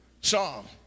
song